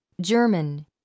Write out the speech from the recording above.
German